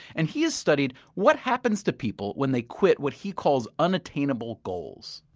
and he has studied what happens to people when they quit what he calls unattainable goals.